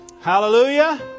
Hallelujah